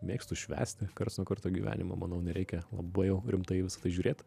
mėgstu švęsti karts nuo karto gyvenimo manau nereikia labai jau rimtai į visą tai žiūrėt